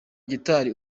gitari